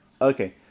Okay